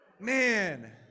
Man